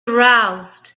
aroused